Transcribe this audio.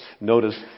Notice